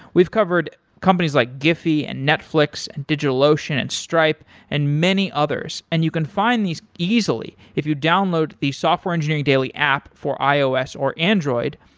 we've covered companies like giphy and netflix, digitalocean and stripe and many others, and you can find these easily if you download the software engineering daily app for ios or android.